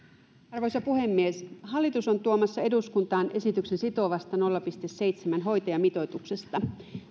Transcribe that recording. arvoisa puhemies hallitus on tuomassa eduskuntaan esityksen sitovasta nolla pilkku seitsemän hoitajamitoituksesta